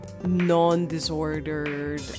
non-disordered